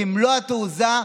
במלוא התעוזה,